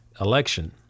election